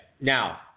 Now